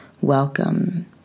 welcome